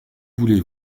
voulez